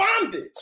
bondage